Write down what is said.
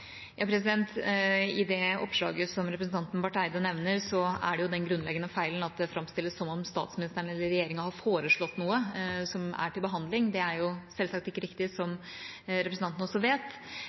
I det oppslaget som representanten Barth Eide nevner, er det den grunnleggende feilen at det framstilles som om statsministeren eller regjeringa har foreslått noe som er til behandling, og det er selvsagt ikke riktig, som representanten også vet.